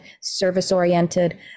service-oriented